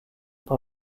par